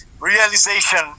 realization